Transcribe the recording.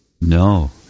No